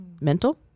mental